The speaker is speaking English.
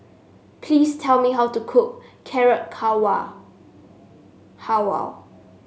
please tell me how to cook Carrot Halwa